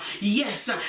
yes